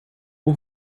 por